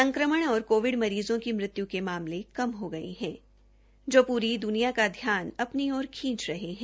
संक्रमण और कोविड मरीज़ों की मृत्यु के मामले कम हो गये है जो पूरी दुनिया का ध्यान अपनी ओर खींच रहे है